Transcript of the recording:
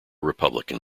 republican